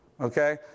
okay